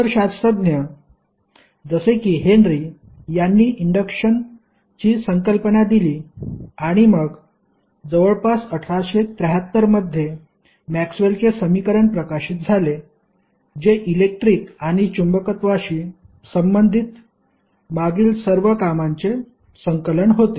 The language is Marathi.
इतर शास्त्रज्ञजसेकी हेन्री यांनी इंडक्शन ची संकल्पना दिली आणि मग जवळपास 1873 मध्ये मॅक्सवेलचे समीकरण प्रकाशित झाले जे इलेक्ट्रिक आणि चुंबकत्वाशी संबंधित मागील सर्व कामांचे संकलन होते